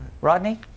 Rodney